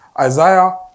Isaiah